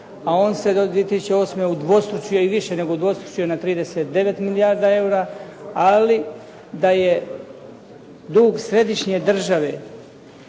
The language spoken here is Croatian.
a on se do 2008. udvostručio i više nego udvostručio na 39 milijarde eura, ali da je dug središnje države